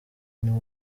niwo